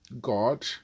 God